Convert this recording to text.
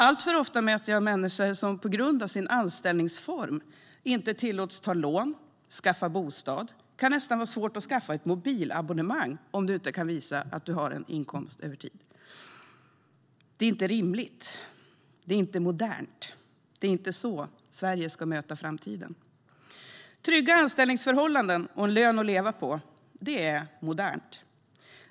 Alltför ofta möter jag människor som på grund av sin anställningsform inte tillåts ta lån eller skaffa bostad. Det kan nästan vara svårt att skaffa ett mobilabonnemang om du inte kan visa att du har en inkomst över tid. Detta är inte rimligt. Det är inte modernt. Det är inte så Sverige ska möta framtiden. Trygga anställningsförhållanden och en lön att leva på, det är modernt.